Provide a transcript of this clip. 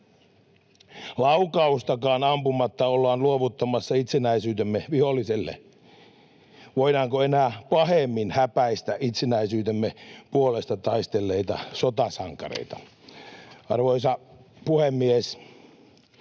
Laukaustakaan ampumatta ollaan luovuttamassa itsenäisyytemme viholliselle. Voidaanko enää pahemmin häpäistä itsenäisyytemme puolesta taistelleita sotasankareita? Arvoisa puhemies!